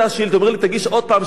אומרים לי: תגיש עוד פעם שאילתא.